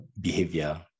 behavior